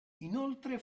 inoltre